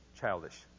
childish